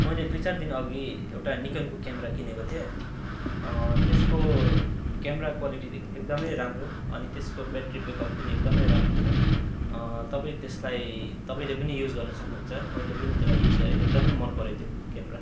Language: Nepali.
मैले दुई चार दिनअघि एउटा निकनको क्यामरा किनेको थिएँ त्यसको क्यामरा क्वालिटीदेखि एकदमै राम्रो अनि त्यसको ब्याट्री ब्याकअप पनि एकदमै राम्रो छ तपाईँ त्यसलाई तपाईँले पनि युज गर्न सक्नुहुन्छ मैले पनि त्यसलाई युज गरेँ एकदमै मनपर्यो त्यो क्यामरा